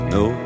no